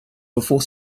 before